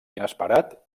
inesperat